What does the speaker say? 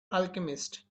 alchemist